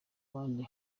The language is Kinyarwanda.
bandi